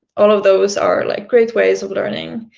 all of those are like great ways of learning.